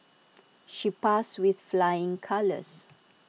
she passed with flying colours